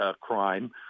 crime